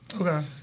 Okay